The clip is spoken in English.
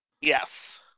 Yes